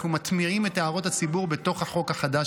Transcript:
ואנחנו מטמיעים את הערות הציבור בתוך החוק החדש,